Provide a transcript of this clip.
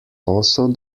also